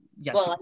yes